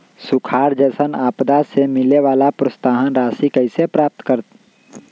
सुखार जैसन आपदा से मिले वाला प्रोत्साहन राशि कईसे प्राप्त करी?